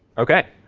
ok,